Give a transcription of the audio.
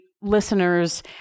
listeners